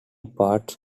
parts